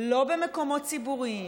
לא במקומות ציבוריים,